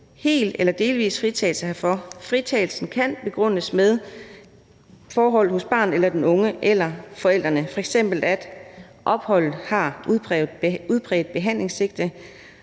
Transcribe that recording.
hel eller delvis fritagelse herfor. Fritagelsen kan begrundes med forhold hos barnet eller den unge eller forældrene, f.eks., at 1) opholdet har et udpræget behandlingssigte,